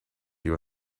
your